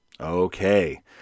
Okay